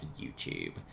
YouTube